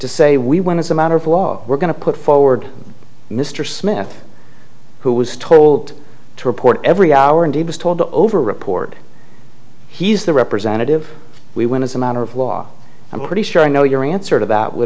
to say we want as a matter of law we're going to put forward mr smith who was told to report every hour and he was told to over report he's the representative we went as a matter of law i'm pretty sure i know your answer to that would